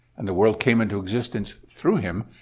and the world came into existence through him,